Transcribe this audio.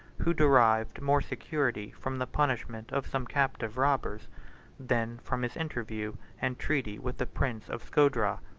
who derived more security from the punishment of some captive robbers than from his interview and treaty with the prince of scodra.